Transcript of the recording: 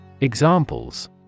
Examples